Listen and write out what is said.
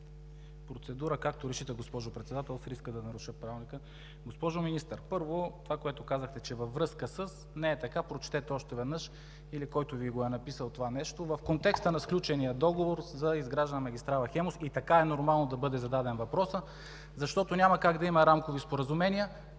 Процедура – както решите, госпожо Председател, с риск да наруша Правилника. Госпожо Министър, първо, това, което казахте, че е „във връзка със…“, не е така. Прочетете още веднъж или който Ви го е написал това нещо: „В контекста на сключения договор за изграждане на магистрала „Хемус“…“ – и така е нормално да бъде зададен въпросът, защото няма как да има рамкови споразумения